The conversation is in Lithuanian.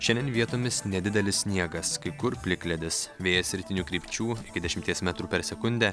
šiandien vietomis nedidelis sniegas kai kur plikledis vėjas rytinių krypčių iki dešimties metrų per sekundę